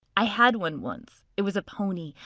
i had one once. it was a pony.